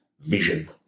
vision